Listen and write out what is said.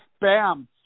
Bam